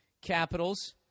Capitals